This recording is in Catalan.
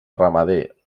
ramader